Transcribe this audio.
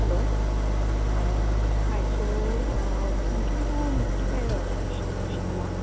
hello hi so Nikhil तूं कितें शिक शिकला